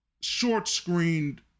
short-screened